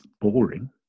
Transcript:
boring